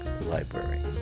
Library